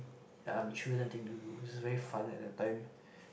a children thing to do like at that time